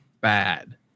bad